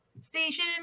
station